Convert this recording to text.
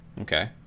Okay